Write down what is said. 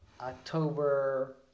October